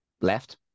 Left